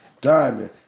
diamond